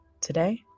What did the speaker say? Today